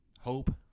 Hope